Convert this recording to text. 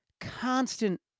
constant